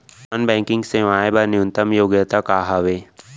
Non banking सेवाएं बर न्यूनतम योग्यता का हावे?